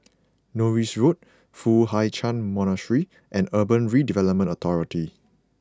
Norris Road Foo Hai Ch'an Monastery and Urban Redevelopment Authority